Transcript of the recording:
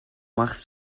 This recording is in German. machst